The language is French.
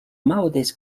maodez